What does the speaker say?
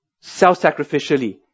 self-sacrificially